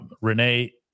Renee